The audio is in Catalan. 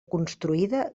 construïda